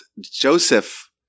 Joseph